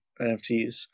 nfts